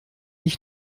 ich